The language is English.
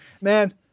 Man